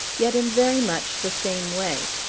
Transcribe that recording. yet in very much the same way.